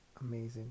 amazing